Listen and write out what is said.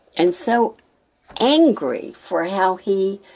and so angry for how he,